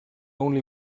only